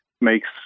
makes